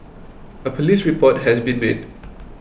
a police report has been made